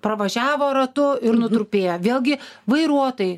pravažiavo ratu ir nutrupėję vėlgi vairuotojai